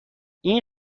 این